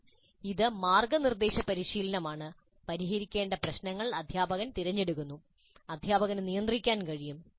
എന്നാൽ ഇത് മാർഗ്ഗനിർദ്ദേശ പരിശീലനമാണ് പരിഹരിക്കേണ്ട പ്രശ്നങ്ങൾ അധ്യാപകൻ തിരഞ്ഞെടുക്കുന്നു അധ്യാപകന് നിയന്ത്രിക്കാ൯ കഴിയും